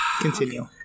Continue